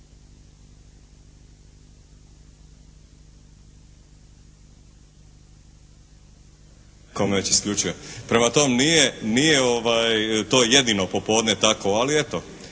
tko me već isključio. Prema tome, nije to jedino popodne tako, ali eto.